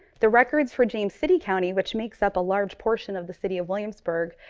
the records for james city county, which makes up a large portion of the city of williamsburg,